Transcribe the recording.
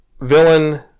villain